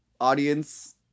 audience